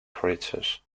creatures